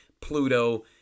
pluto